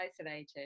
isolated